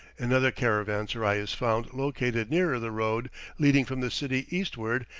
another caravanserai is found located nearer the road leading from the city eastward,